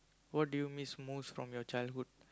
what do you miss most from your childhood